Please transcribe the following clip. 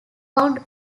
found